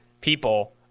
people